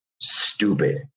stupid